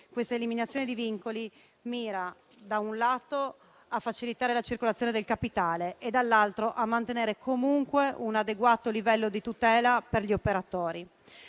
Questa eliminazione di vincoli mira - da un lato - a facilitare la circolazione del capitale e - dall'altro lato - a mantenere comunque un adeguato livello di tutela per gli operatori.